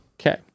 Okay